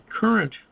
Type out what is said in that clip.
current